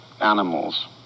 animals